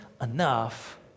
enough